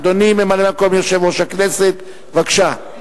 אדוני ממלא-מקום יושב-ראש הכנסת, בבקשה.